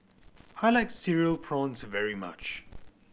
I like Cereal Prawns very much